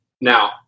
Now